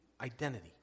identity